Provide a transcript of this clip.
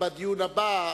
בדיון הבא,